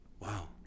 Wow